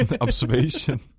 observation